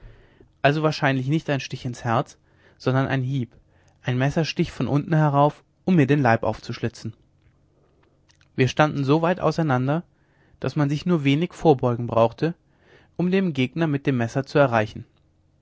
also wahrscheinlich nicht einen stich ins herz sondern ein hieb ein messerstich von unten herauf um mir den leib aufzuschlitzen wir standen so weit auseinander daß man sich nur wenig vorzubeugen brauchte um den gegner mit dem messer zu erreichen